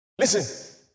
Listen